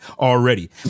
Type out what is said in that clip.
already